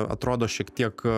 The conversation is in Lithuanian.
atrodo šiek tiek